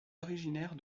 originaire